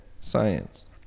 science